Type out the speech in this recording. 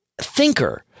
thinker